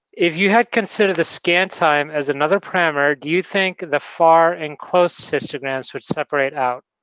if you had considered the scant time as another programmer, do you think the far and close histograms would separate out?